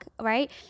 right